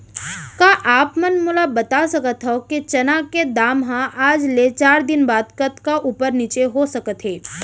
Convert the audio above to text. का आप मन मोला बता सकथव कि चना के दाम हा आज ले चार दिन बाद कतका ऊपर नीचे हो सकथे?